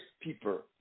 people